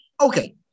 Okay